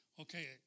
Okay